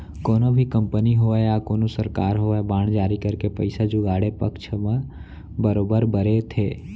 कोनो भी कंपनी होवय या कोनो सरकार होवय बांड जारी करके पइसा जुगाड़े पक्छ म बरोबर बरे थे